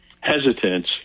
hesitance